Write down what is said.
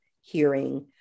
hearing